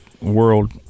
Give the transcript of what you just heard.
world